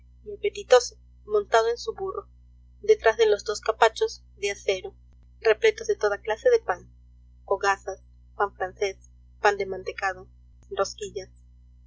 apetitoso montado en su burro detrás de los dos capachos de acero repletos de toda clase de pan hogazas pan francés pan de mantecado rosquillas